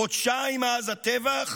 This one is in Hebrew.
חודשיים מאז הטבח